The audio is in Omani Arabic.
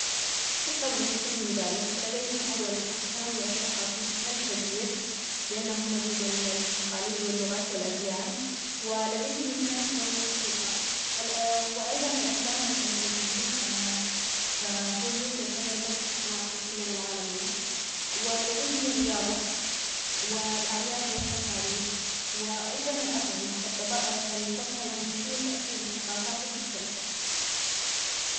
بالطبع يمكنني ذلك، لديهم أولًا التنوع الثقافي الكبير لأنه مزيج من التقاليد واللغات والأديان، ولديهم الفن والموسيقى ال وأيضًا الأفلام والتلفزيون، فهوليوود تعتبر مركز صناعة السينما العالمية، ولديهم الرياضة والأعياد والتقاليد، وأيضًا الأطعمة، فالمطبخ الأمريكي يتأثر بالثقافات المختلفة.